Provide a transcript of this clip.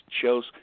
shows